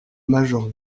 major